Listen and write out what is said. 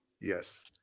Yes